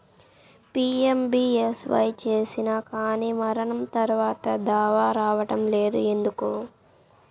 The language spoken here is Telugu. పీ.ఎం.బీ.ఎస్.వై చేసినా కానీ మరణం తర్వాత దావా రావటం లేదు ఎందుకు?